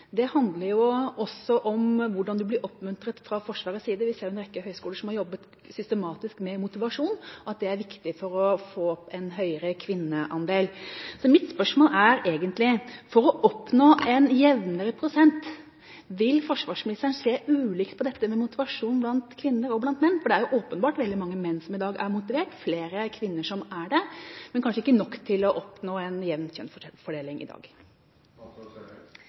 handler også om hvordan man blir oppmuntret fra Forsvarets side. Vi ser jo fra en rekke høgskoler som har jobbet systematisk med motivasjon, at det er viktig for å få en høyere kvinneandel. Mitt spørsmål er egentlig: For å oppnå en jevnere prosent, vil forsvarsministeren se ulikt på dette med motivasjon blant kvinner og menn? Det er åpenbart veldig mange menn som i dag er motivert, og det er flere kvinner som er det, men kanskje ikke nok til å oppnå en jevn kjønnsfordeling i dag. Vi kommer til å vektlegge innholdet i tjenesten. Seinest i dag